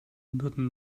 hunderten